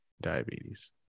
diabetes